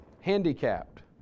handicapped